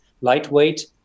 lightweight